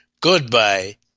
goodbye